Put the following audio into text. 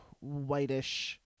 whitish